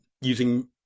using